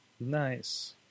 Nice